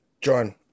John